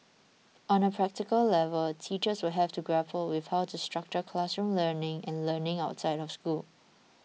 on a practical level teachers will have to grapple with how to structure classroom learning and learning outside of school